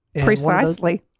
Precisely